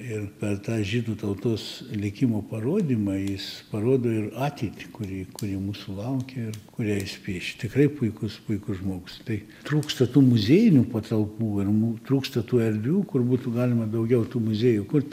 ir per tą žydų tautos likimo parodymą jis parodo ir ateitį kurį kuri mūsų laukia ir kurią jis piešė tikrai puikus puikus žmogus tai trūksta tų muziejinių patalpų ir mum trūksta tų erdvių kur būtų galima daugiau tų muziejų kurt